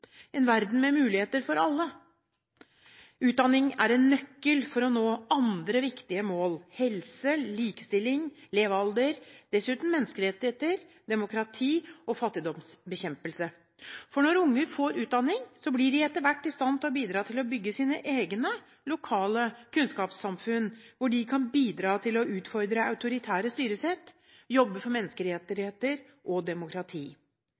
en verden med muligheter for alle. Utdanning er en nøkkel for å nå andre viktige mål: helse, likestilling, levealder, dessuten menneskerettigheter, demokrati og fattigdomsbekjempelse. Når unger får utdanning, blir de etter hvert i stand til å bidra til å bygge sine egne lokale kunnskapssamfunn, hvor de kan bidra til å utfordre autoritære styresett, jobbe for menneskerettigheter og demokrati.